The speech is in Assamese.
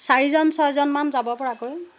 চাৰিজন ছয়জনমান যাব পৰাকৈ